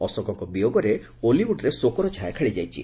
ଅଶୋକଙ୍ଙ ବିୟୋଗରେ ଓଲିଉଡ୍ରେ ଶୋକର ଛାୟା ଖେଳିଯାଇଛି